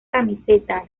camiseta